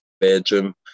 bedroom